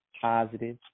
positive